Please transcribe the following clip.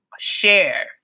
share